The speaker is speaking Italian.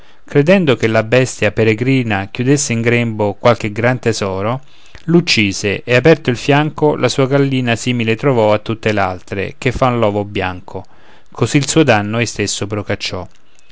credendo che la bestia peregrina chiudesse in grembo qualche gran tesoro l'uccise e aperto il fianco la sua gallina simile trovò a tutte l'altre che fan l'ovo bianco così il suo danno ei stesso procacciò